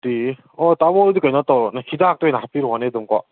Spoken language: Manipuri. ꯑꯗꯨꯗꯤ ꯑꯣ ꯇꯥꯃꯣ ꯑꯗꯨꯗꯤ ꯀꯩꯅꯣ ꯇꯧꯔꯣꯅꯦ ꯍꯤꯗꯥꯛꯇ ꯑꯣꯏ ꯍꯥꯄꯤꯔꯛꯑꯣꯅꯦ ꯑꯗꯨꯝꯀꯣ